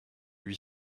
huit